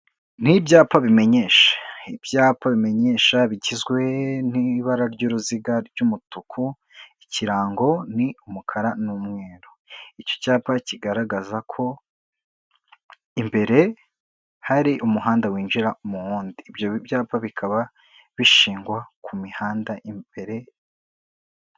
Ni ibyapa bimenyesha, ibyapa bimenyesha bigizwe n'ibara ry'uruziga ry'umutuku, ikirango ni umukara n'umweru; icyo cyapa kigaragaza ko imbere hari umuhanda winjira mu wundi; ibyo byapa bikaba bishingwa ku mihanda imbere.